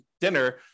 dinner